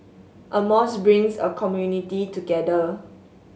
a mosque brings a community together